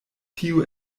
tio